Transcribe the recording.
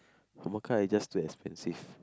Mecca is just too expensive